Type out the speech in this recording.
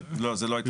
לא, זה לא ההתחייבות.